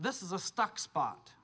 this is a stuck spot